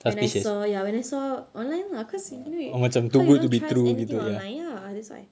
when I saw ya when I saw online lah because you know how you don't trust anything online ya that's why